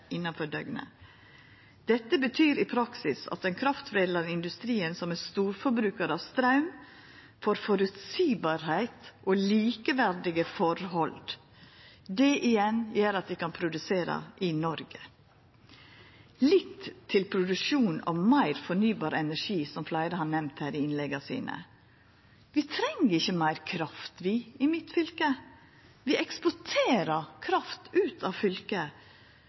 innanfor døgnet. Dette betyr i praksis at den kraftforedlande industrien, som er storforbrukar av straum, får føreseielegheit og likeverdige forhold. Det igjen gjer at vi kan produsera i Noreg. Litt til produksjonen av meir fornybar energi, som fleire har nemnt her i innlegga sine. Vi treng ikkje meir kraft, vi, i mitt fylke – vi eksporterer kraft ut av fylket.